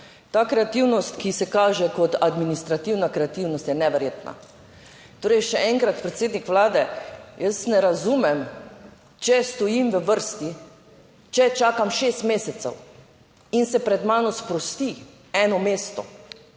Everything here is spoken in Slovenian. Ta kreativnost, ki se kaže kot administrativna kreativnost, je neverjetna. Torej, še enkrat, predsednik Vlade, jaz ne razumem, če stojim v vrsti, če čakam šest mesecev in se pred mano sprosti eno mesto,